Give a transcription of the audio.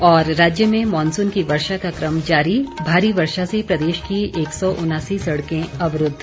और राज्य में मॉनसून की वर्षा का क्रम जारी भारी वर्षा से प्रदेश की एक सौ उनासी सड़कें अवरूद्व